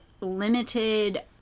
limited